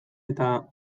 eta